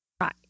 Right